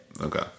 Okay